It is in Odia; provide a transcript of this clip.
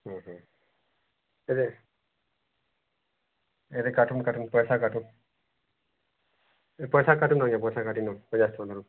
ହୁଁ ହୁଁ କେତେ ଏବେ କାଟୁନ୍ କାଟୁନ୍ ପଇସା କାଟୁନ୍ ଏ ପଇସା କାଟୁନ୍ ଆଜ୍ଞା ପଇସା କାଟି ନିଅନ୍ତୁ ପଚାଶ ଟଙ୍କା ଆଜ୍ଞା